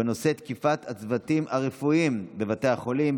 בנושא: תקיפת הצוותים הרפואיים בבתי החולים.